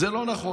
זה לא נכון.